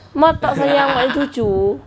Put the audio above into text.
mak tak sayang mak punya cucu